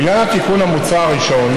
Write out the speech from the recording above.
לעניין התיקון המוצע הראשון,